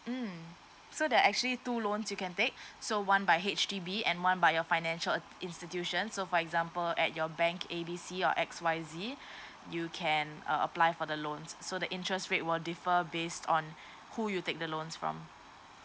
mm so there are actually two loans you can take so one by H_D_B and one by your financial institution so for example at your bank A B C or X Y Z you can uh apply for the loans so the interest rate will differ based on who you take the loans from